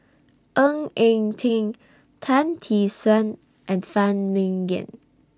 Ng Eng Teng Tan Tee Suan and Phan Ming Yen